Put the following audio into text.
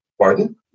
Pardon